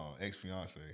ex-fiance